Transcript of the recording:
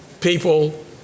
people